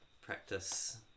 practice